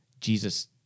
Jesus